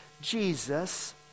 Jesus